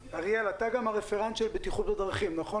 אריאל, אתה גם הרפרנט של בטיחות בדרכים, נכון?